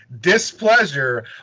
displeasure